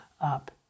up